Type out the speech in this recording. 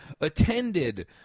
attended